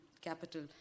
capital